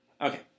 Okay